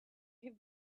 have